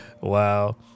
Wow